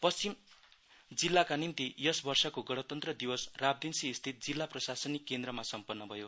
पश्चिम जिल्लाका निम्ति यस वर्षको गणतन्त्र दिवस राबहदेन्सी स्थित जिल्ला प्रशासनिक केन्द्रमा समप्न्न भयो